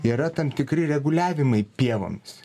yra tam tikri reguliavimai pievoms